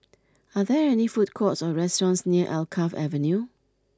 are there any food courts or restaurants near Alkaff Avenue